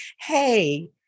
hey